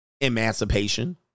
emancipation